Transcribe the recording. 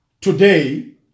today